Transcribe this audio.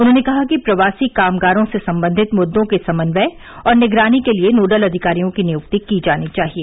उन्होंने कहा कि प्रवासी कामगारों से संबंधित मुद्दों के समन्वय और निगरानी के लिए नोडल अधिकारियों की नियुक्ति करनी चाहिए